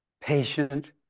patient